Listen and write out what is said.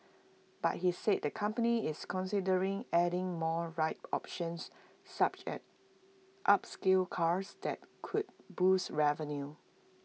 but he said the company is considering adding more ride options such as upscale cars that could boost revenue